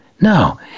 No